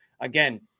again